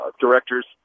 directors